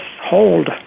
hold